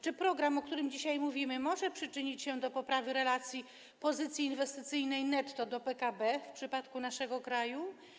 Czy program, o którym dzisiaj mówimy, może przyczynić się do poprawy relacji pozycji inwestycyjnej netto do PKB w przypadku naszego kraju?